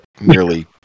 nearly